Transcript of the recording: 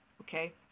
okay